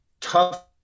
tough